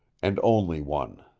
and only one.